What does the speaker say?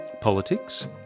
Politics